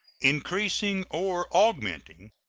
increasing or augmenting,